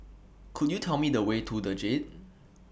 Could YOU Tell Me The Way to The Jade